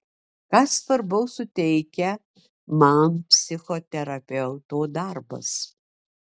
ką svarbaus suteikia man psichoterapeuto darbas